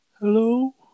Hello